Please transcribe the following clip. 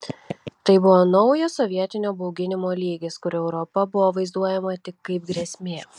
tai buvo naujas sovietinio bauginimo lygis kur europa buvo vaizduojama tik kaip grėsmė